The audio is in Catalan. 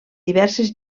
diverses